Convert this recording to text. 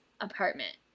apartment